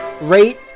rate